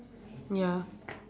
ya